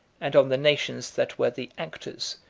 and on the nations that were the actors,